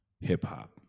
hip-hop